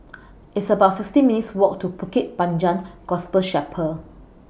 It's about sixteen minutes' Walk to Bukit Panjang Gospel Chapel